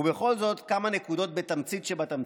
ובכל זאת, כמה נקודות בתמצית שבתמצית.